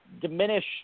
diminish